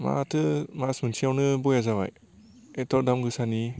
माथो मास मोनसेयावनो बया जाबाय एथ' दाम गोसानि